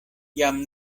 jam